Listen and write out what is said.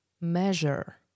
measure